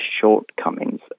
shortcomings